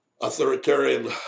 authoritarian